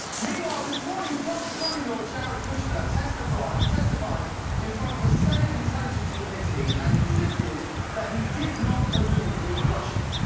meanwhile, this morning trump's son in law jared kushner testified testified in front of a senate intelligence committee and insisted that he did not collude with russia.